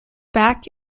back